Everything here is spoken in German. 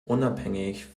unabhängig